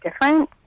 different